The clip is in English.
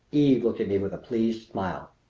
eve looked at me with a pleased smile.